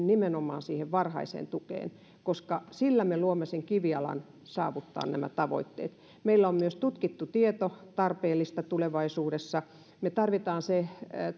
nimenomaan siihen varhaiseen tukeen koska sillä me luomme sen kivijalan saavuttaa nämä tavoitteet tutkittu tieto on myös meille tarpeellista tulevaisuudessa me tarvitsemme sen